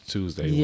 Tuesday